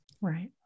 Right